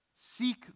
Seek